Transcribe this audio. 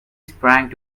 sprang